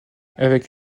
avec